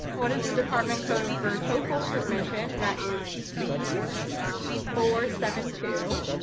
what is the department code for toefl submission? that is c four seven two.